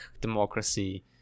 democracy